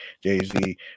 jay-z